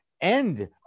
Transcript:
end